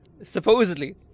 supposedly